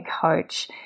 coach